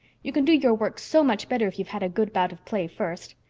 you can do your work so much better if you've had a good bout of play first.